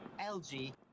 LG